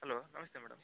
hello ನಮಸ್ತೆ madam